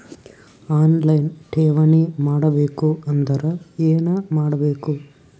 On line ಠೇವಣಿ ಮಾಡಬೇಕು ಅಂದರ ಏನ ಮಾಡಬೇಕು?